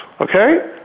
okay